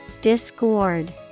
Discord